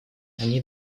они